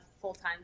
full-time